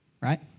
right